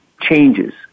changes